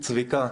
היא --- צביקה,